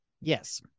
Yes